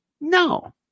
No